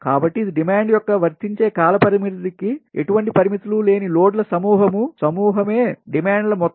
కాబట్టి ఇది డిమాండ్ యొక్క వర్తించే కాలపరిధికి ఎటువంటి పరిమితులు లేని లోడ్ల సమూహం సమూహమే డిమాండ్ల మొత్తం